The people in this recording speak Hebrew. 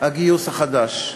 הגיוס החדש,